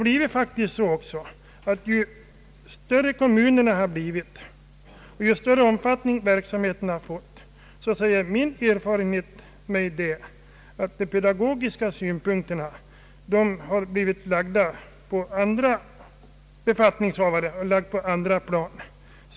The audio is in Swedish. Ju större kommunerna har blivit och ju större omfattning verksamheten har fått, ju mer har enligt min erfarenhet de pedagogiska uppgifterna blivit lagda på andra befattningshavare.